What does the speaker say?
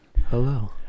Hello